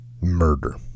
murder